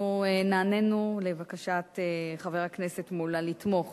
אנחנו נענינו לבקשת חבר הכנסת מולה לתמוך